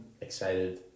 excited